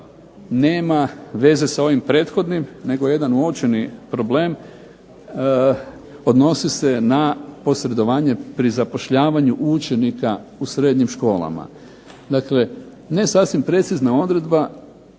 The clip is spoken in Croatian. nema veze sa ovim prethodnim, nego jedan uočeni problem odnosi se na posredovanje pri zapošljavanju učenika u srednjim školama. Dakle, ne sasvim precizna odredba